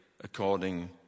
according